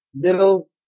Little